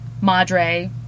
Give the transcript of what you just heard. madre